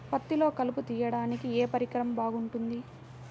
పత్తిలో కలుపు తీయడానికి ఏ పరికరం బాగుంటుంది?